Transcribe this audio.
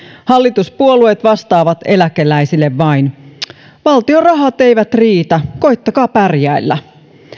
hallituspuolueet vastaavat eläkeläisille vain valtion rahat eivät riitä koettakaa pärjäillä